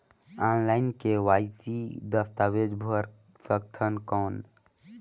Online KYC दस्तावेज भर सकथन कौन?